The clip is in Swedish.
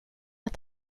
att